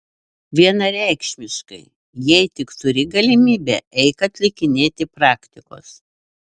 vienareikšmiškai jei tik turi galimybę eik atlikinėti praktikos